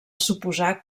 suposar